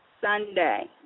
Sunday